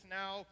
now